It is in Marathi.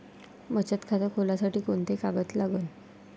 बचत खात खोलासाठी कोंते कागद लागन?